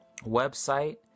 website